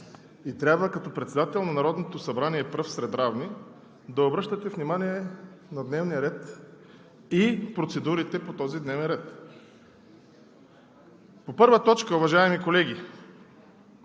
и трябва като председател на Народното събрание – пръв сред равни, да обръщате внимание на дневния ред и процедурите по този дневен ред! По първа точка, уважаеми колеги